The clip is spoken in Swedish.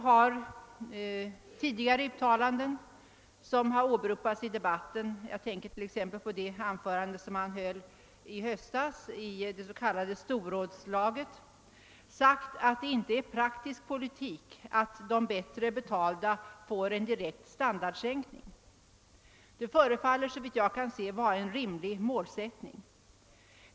I tidigare uttalanden som åberopats i debatten har finansministern — jag tänker här närmast på det anförande som han höll i höstas i det s.k. storrådslaget — sagt att det inte är praktisk politik att de bättre betalda får vidkännas en direkt standardsänkning. Såvitt jag kan se förefaller detta vara en rimlig målsättning.